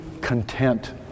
content